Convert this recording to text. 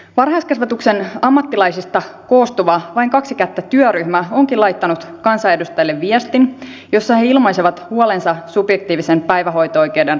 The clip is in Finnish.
varhaiskasvatuksen ammattilaisista koostuva vain kaksi kättä työryhmä onkin laittanut kansanedustajille viestin jossa he ilmaisevat huolensa subjektiivisen päivähoito oikeuden rajaamisesta